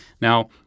Now